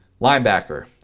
Linebacker